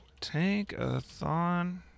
Tankathon